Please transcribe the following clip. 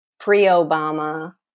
pre-Obama